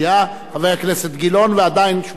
חבר הכנסת גילאון, ועדיין שמורה לך הזכות.